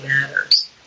matters